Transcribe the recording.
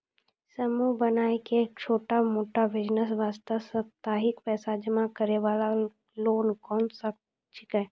समूह बनाय के छोटा मोटा बिज़नेस वास्ते साप्ताहिक पैसा जमा करे वाला लोन कोंन सब छीके?